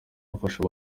bafasha